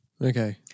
okay